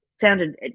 sounded